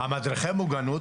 מדריכי המוגנות,